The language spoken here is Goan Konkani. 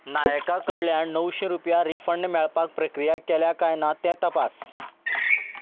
नायका कडल्यान णवशी रुपया रिफंड मेळपाक प्रक्रिया केल्या काय ना तें तपास